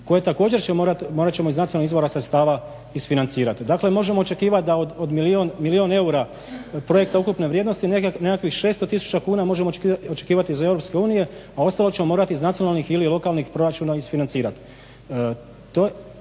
koje također ćemo morati iz nacionalnih izvora isfinancirati. Dakle možemo očekivati da on milijun eura projekta ukupne vrijednosti nekakvih 600 tisuća kuna možemo očekivati iz EU a ostalo ćemo morati iz nacionalnih ili lokalnih proračuna insfinancirati.